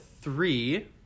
three